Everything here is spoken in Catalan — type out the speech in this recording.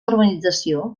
urbanització